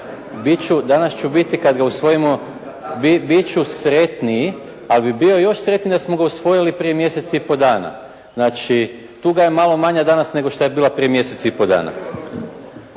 danas ću biti kada ga usvojimo biti ću sretniji, ali bi bio još sretniji da smo ga usvojili prije mjesec i pol dana. Znači tuga je malo manja danas nego što je bila prije mjesec i pol dana.